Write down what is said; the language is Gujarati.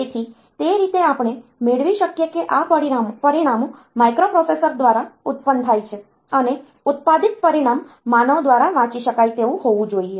તેથી તે રીતે આપણે મેળવી શકીએ કે આ પરિણામો માઇક્રોપ્રોસેસર દ્વારા ઉત્પન્ન થાય છે અને ઉત્પાદિત પરિણામ માનવ દ્વારા વાંચી શકાય તેવું હોવું જોઈએ